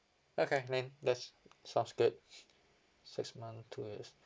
okay then that's sounds good six month two years